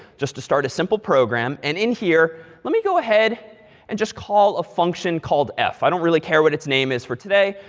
just to start a simple program and in here let me go ahead and just call a function called f. i don't really care what its name is for today.